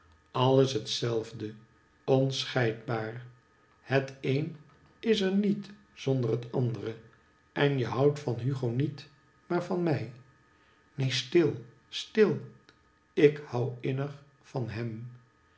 alles het zelfde onschcidbaar het een is er niet zonder het andere en je houdt van hugo niet maar van mij neen stil stil ik hou innig van hem